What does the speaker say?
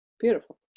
beautiful